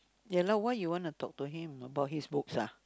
ya lah why you want to talk to him about his books ah